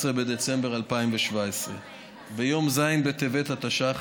11 בדצמבר 2017. ביום ז' בטבת התשע"ח,